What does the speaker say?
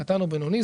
קטן או בינוני,